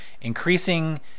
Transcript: increasing